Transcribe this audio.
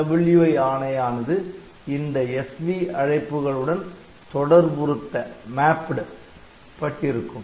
SWI ஆணையானது இந்த SV அழைப்புகள் உடன் தொடர்புறுத்த பட்டிருக்கும்